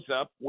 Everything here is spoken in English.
up